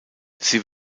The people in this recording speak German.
sie